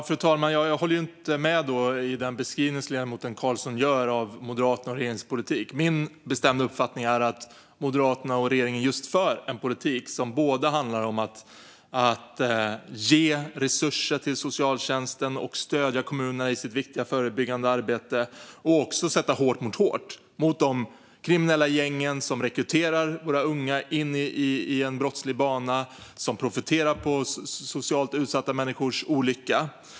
Fru talman! Jag håller inte med om den beskrivning som ledamoten Karlsson gör av Moderaternas och regeringens politik. Min bestämda uppfattning är att Moderaterna och regeringen just för en politik som både handlar om att ge resurser till socialtjänsten och stödja kommunerna i deras viktiga förbyggande arbete och också handlar om att sätta hårt mot hårt mot de kriminella gängen som rekryterar våra unga in på en brottslig bana och profiterar på socialt utsatta människors olycka.